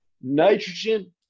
Nitrogen